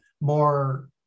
more